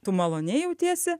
tu maloniai jautiesi